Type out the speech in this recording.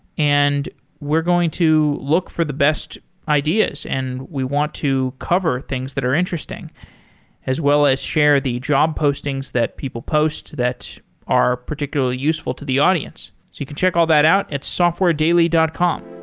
and we're going to look for the best ideas and we want to cover things that are interesting as well as share the job postings that people post that are particularly useful to the audience. you can check all that out at softwaredaily dot com.